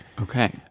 Okay